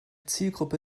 zielgruppe